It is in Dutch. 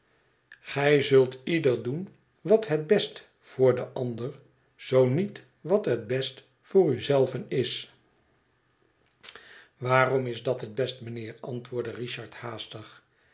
gij zult ieder doen wat het best voor den ander zoo niet wat het best voor u zelven is waarom is dat het best mijnheer antwoordde richard haastig